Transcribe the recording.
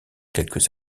quelques